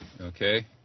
Okay